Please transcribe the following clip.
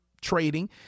trading